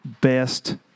best